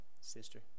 Sister